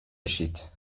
بشید